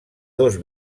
dos